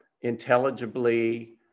intelligibly